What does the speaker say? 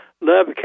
love